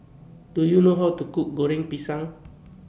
Do YOU know How to Cook Goreng Pisang